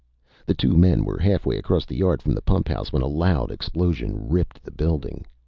the two men were halfway across the yard from the pumphouse when a loud explosion ripped the building.